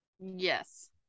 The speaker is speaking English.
Yes